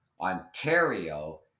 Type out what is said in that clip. Ontario